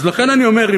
אז לכן אני אומר,